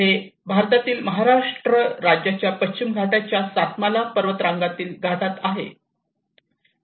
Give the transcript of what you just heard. हे भारतातील महाराष्ट्र राज्याच्या पश्चिम घाटाच्या सातमाला पर्वतरांगातील घाटात आहे